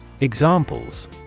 Examples